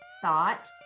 thought